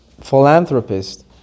philanthropist